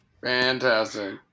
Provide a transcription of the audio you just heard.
fantastic